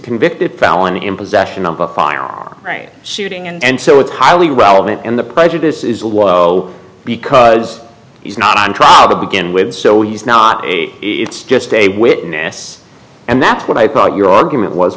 convicted felon in possession of a far greater shooting and so it's highly relevant and the prejudice is a whoa because he's not on trial begin with so he's not it's just a witness and that's what i thought your argument was